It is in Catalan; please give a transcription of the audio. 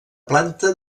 planta